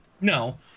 No